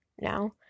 now